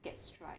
gets dry